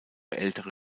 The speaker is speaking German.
ältere